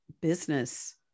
business